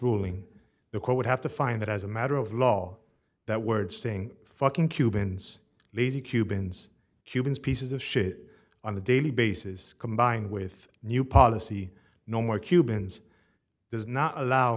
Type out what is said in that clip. ruling the court would have to find it as a matter of law that word saying fucking cubans lazy cubans cubans pieces of shit on a daily basis combined with new policy no more cubans does not allow